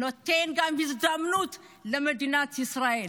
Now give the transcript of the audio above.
הוא נותן גם הזדמנות למדינת ישראל